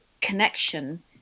connection